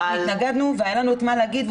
התנגדנו והיה לנו מה להגיד,